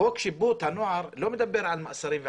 חוק שיפוט הנוער לא מדבר על מאסרים.